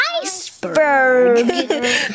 iceberg